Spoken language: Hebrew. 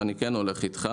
אבל אני כן הולך איתך.